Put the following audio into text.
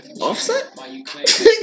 Offset